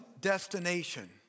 destination